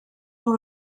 nhw